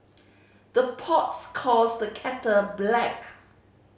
the pots calls the kettle black